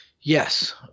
yes